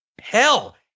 hell